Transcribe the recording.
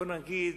בוא נגיד,